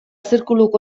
zirkuluk